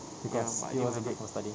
because it was a perk for studying